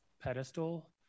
pedestal